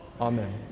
Amen